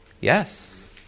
Yes